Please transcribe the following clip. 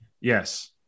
Yes